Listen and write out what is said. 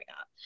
up